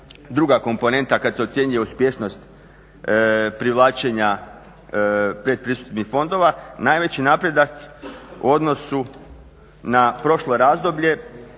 druga komponenta kad se ocjenjuje uspješnost privlačenja pretpristupnih fondova, najveći napredak u odnosu na prošlo razdoblje